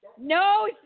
No